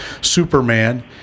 Superman